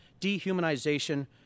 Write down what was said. dehumanization